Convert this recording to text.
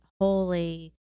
holy